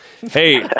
Hey